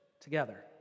together